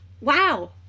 Wow